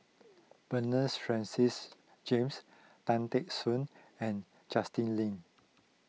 Bernards Francis James Tan Teck Soon and Justin Lean